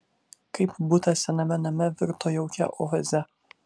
kaip butas sename name virto jaukia oaze